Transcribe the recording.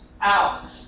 out